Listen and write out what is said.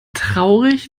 traurig